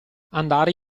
andare